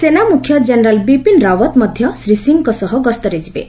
ସେନାମୁଖ୍ୟ ଜେନେରାଲ ବିପିନ୍ ରାଓ୍ୱତ୍ ମଧ୍ୟ ଶ୍ରୀ ସିଂଙ୍କ ସହ ଗସ୍ତରେ ଯିବେ